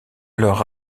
leur